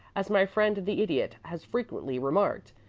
as my friend the idiot has frequently remarked,